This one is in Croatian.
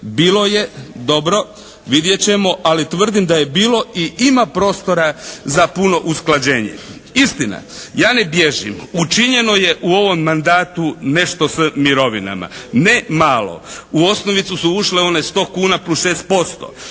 bilo je dobro, vidjet ćemo ali tvrdim da je bilo i ima prostora za puno usklađenje. Istina, ja ne bježim, učinjeno je u ovom mandatu nešto s mirovinama. Ne malo. U osnovicu su ušle one 100 kuna plus 6%.